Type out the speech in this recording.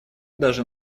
даже